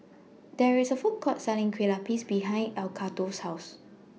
There IS A Food Court Selling Kue Lupis behind Edgardo's House